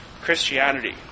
Christianity